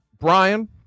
Brian